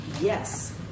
Yes